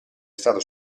stato